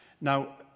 Now